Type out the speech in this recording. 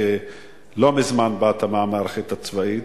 לא מזמן באת מהמערכת הצבאית,